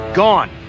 gone